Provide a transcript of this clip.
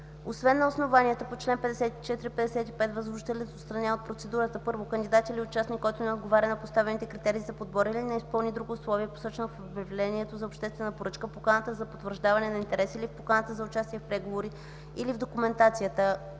Освен на основанията по чл. 54 и 55 възложителят отстранява от процедурата: 1. кандидат или участник, който не отговаря на поставените критерии за подбор или не изпълни друго условие, посочено в обявлението за обществена поръчка, поканата за потвърждаване на интерес или в поканата за участие в преговори, или в документацията;